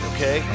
Okay